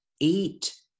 eight